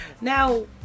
Now